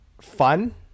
fun